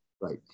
right